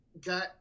got